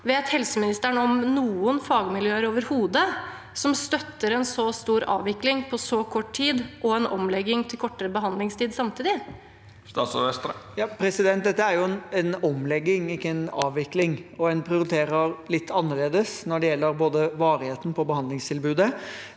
Vet helseministeren om noen fagmiljøer overhodet som støtter en så stor avvikling på så kort tid, og samtidig en omlegging til kortere behandlingstid? Statsråd Jan Christian Vestre Dette er jo en omlegging, ikke en avvikling, og en prioriterer litt annerledes når det gjelder varigheten på behandlingstilbudet.